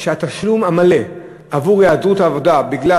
התשלום המלא עבור היעדרות מעבודה בגלל